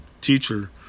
Teacher